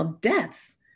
deaths